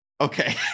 okay